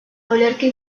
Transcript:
olerki